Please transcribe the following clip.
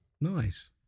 Nice